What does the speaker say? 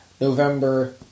November